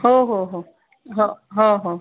हो हो हो हो हो हो